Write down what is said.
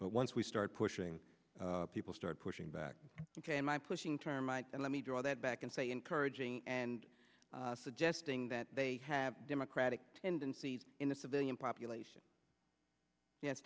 but once we start pushing people start pushing back ok my pushing termites and let me draw that back and say encouraging and suggesting that they have democratic tendencies in the civilian population yes